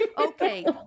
Okay